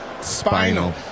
Spinal